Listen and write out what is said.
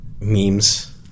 memes